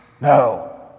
No